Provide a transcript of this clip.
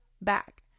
back